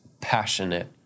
passionate